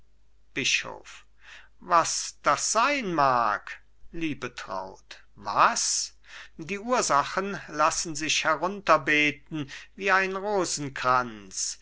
bischof was das sein mag liebetraut was die ursachen lassen sich herunterbeten wie ein rosenkranz